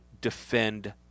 defend